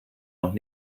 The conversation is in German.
noch